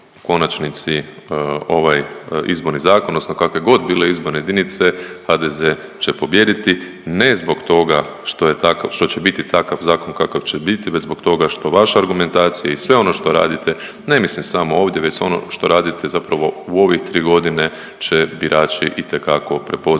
konačnici ovaj izborni zakon odnosno kakve god bile izborne jedinice HDZ će pobijediti ne zbog toga što će biti takav zakon kakav će biti već zbog toga što vaša argumentacija i sve ono što radite ne mislim samo ovdje već ono što radite zapravo u ovih tri godine će birači itekako prepoznati